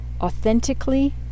authentically